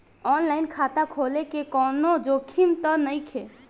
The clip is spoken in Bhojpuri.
आन लाइन खाता खोले में कौनो जोखिम त नइखे?